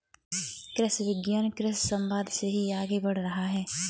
कृषि विज्ञान कृषि समवाद से ही आगे बढ़ रहा है